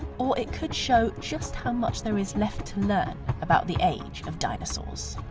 or it could show just how much there is left to learn about the age of dinosaurs.